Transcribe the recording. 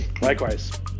Likewise